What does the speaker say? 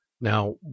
Now